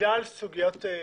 בגלל סוגיות בריאותיות.